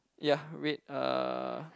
ya red uh